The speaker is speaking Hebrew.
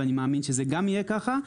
ואני מאמין שזה גם יהיה ככה.